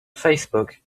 facebook